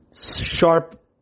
sharp